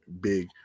big